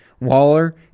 Waller